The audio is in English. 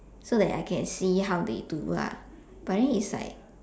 so then I can see how they do lah but then it's like